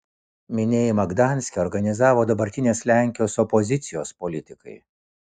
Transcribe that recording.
minėjimą gdanske organizavo dabartinės lenkijos opozicijos politikai